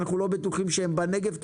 אנחנו לא בטוחים שהם בנגב,